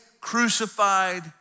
crucified